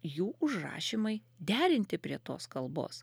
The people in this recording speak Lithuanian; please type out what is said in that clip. jų užrašymai derinti prie tos kalbos